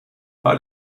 par